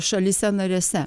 šalyse narėse